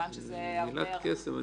כמובן שזה הרבה --- זאת מילת קסם -- לא.